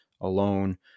alone